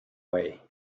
way